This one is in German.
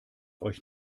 euch